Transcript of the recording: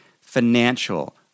financial